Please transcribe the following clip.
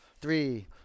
Three